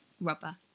rubber